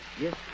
yes